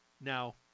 Now